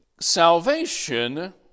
salvation